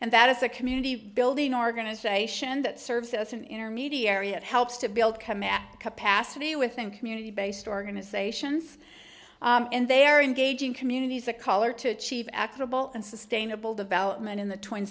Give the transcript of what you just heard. and that is a community building organization that serves as an intermediary it helps to build command capacity within community based organizations and they are engaging communities of color to achieve actable and sustainable development in the twin